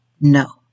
no